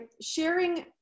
sharing